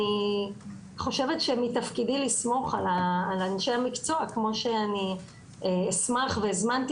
אני חושבת שמתפקידי לסמוך על אנשי המקצוע כמו שאני אשמח והזמנתי